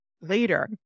later